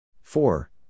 Four